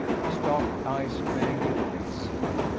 his dark eyes fairly blazing.